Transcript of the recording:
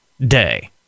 Day